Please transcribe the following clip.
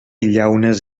llaunes